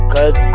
Cause